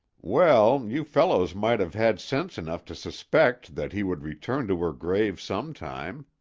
well, you fellows might have had sense enough to suspect that he would return to her grave some time.